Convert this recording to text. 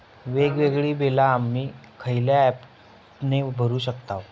वेगवेगळी बिला आम्ही खयल्या ऍपने भरू शकताव?